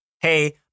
Hey